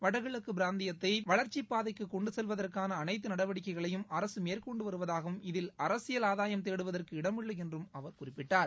வடகிழக்கு பிராந்தியத்தை வளர்ச்சிப் பாதைக்கு கொண்டு செல்வதற்கான அனைத்து நடவடிக்கைகளையும் அரசு மேற்கொண்டு வருவதாகவும் இதில் அரசியல் ஆதாயம் தேடுவதற்கு இடமில்லை என்றும் அவர் குறிப்பிட்டார்